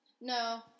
No